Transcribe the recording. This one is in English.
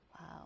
Wow